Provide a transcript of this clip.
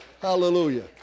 hallelujah